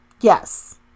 Yes